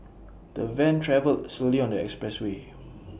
the van travelled slowly on the expressway